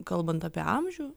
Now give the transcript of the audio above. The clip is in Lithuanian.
kalbant apie amžių